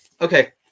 Okay